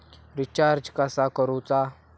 Recharge कसा करूचा?